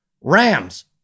Rams